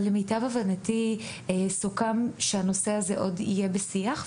אבל למיטב הבנתי סוכם שהנושא הזה עוד יהיה בשיח,